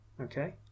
okay